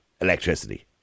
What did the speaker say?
Electricity